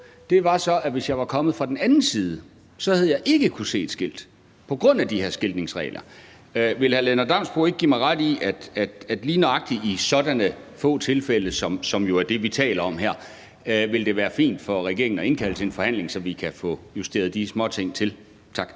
var så, at hvis jeg var kommet fra den anden side, havde jeg ikke kunnet se et skilt på grund af de her skiltningsregler. Vil hr. Lennart Damsbo-Andersen ikke give mig ret i, at lige nøjagtig i sådanne få tilfælde, som jo er det, vi taler om her, ville det være fint af regeringen at indkalde til en forhandling, så vi kan få justeret de småting til? Tak.